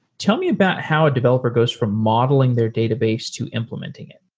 tell me about how a developer goes from modeling their database to implementing it.